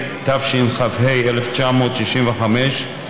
התשכ"ה 1965,